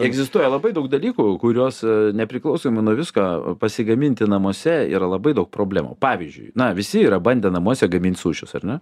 egzistuoja labai daug dalykų kuriuos nepriklausomai nuo visko pasigaminti namuose yra labai daug problemų pavyzdžiui na visi yra bandę namuose gamint sušius ar ne